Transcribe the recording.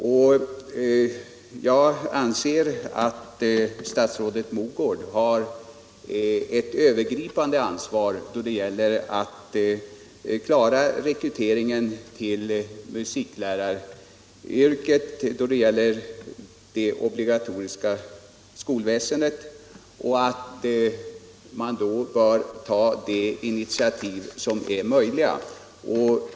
Jag anser emellertid att statsrådet Mogård har ett övergripande ansvar då det gäller att klara rekryteringen till musikläraryrket i det obligatoriska skolväsendet, och därför bör statsrådet ta de initiativ som är möjliga.